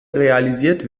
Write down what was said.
realisiert